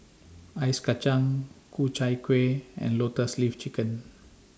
Ice Kachang Ku Chai Kuih and Lotus Leaf Chicken